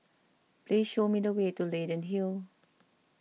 please show me the way to Leyden Hill